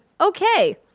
okay